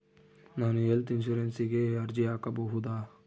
ನಾನು ಹೆಲ್ತ್ ಇನ್ಶೂರೆನ್ಸಿಗೆ ಅರ್ಜಿ ಹಾಕಬಹುದಾ?